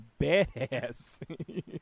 badass